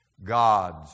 God's